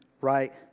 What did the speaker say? right